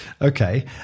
okay